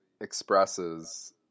expresses